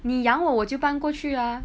你养我我就搬过去啊